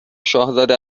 شاهزاده